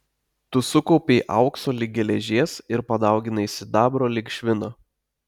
tu sukaupei aukso lyg geležies ir padauginai sidabro lyg švino